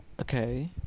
Okay